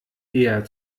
eher